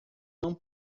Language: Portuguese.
não